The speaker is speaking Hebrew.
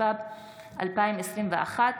התשפ"ב 2021,